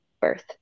birth